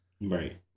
right